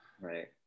Right